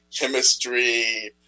chemistry